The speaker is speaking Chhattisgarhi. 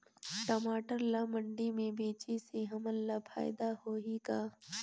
टमाटर ला मंडी मे बेचे से हमन ला फायदा होही का?